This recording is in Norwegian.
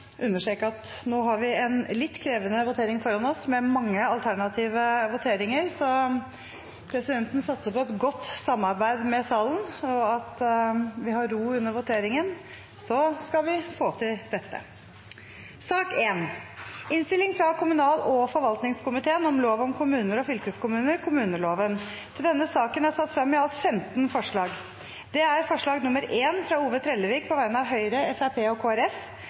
understreke at vi har en litt krevende votering foran oss, med mange alternative voteringer. Presidenten satser på et godt samarbeid med salen og at vi har ro under voteringen – så skal vi få til dette. Under debatten er det satt frem i alt 15 forslag. Det er forslag nr. 1, fra Ove Trellevik på vegne av Høyre, Fremskrittspartiet og